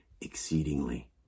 exceedingly